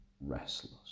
restless